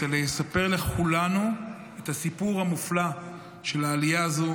אלא יספר לכולנו את הסיפור המופלא של העלייה הזו,